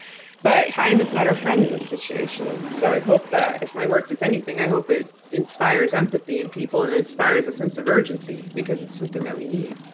but time is not our friend in the situation, so i hope that if my work does anything, i hope it inspires empathy in people, and inspires a sense of urgency because it's something that we need.